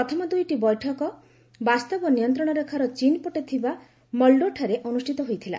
ପ୍ରଥମ ଦୁଇଟି ବୈଠକ ବାସ୍ତବ ନିୟନ୍ତ୍ରଣରେଖାର ଚୀନ୍ ପଟେ ଥିବା ମଲ୍ଡୋଠାରେ ଅନୁଷ୍ଠିତ ହୋଇଥିଲା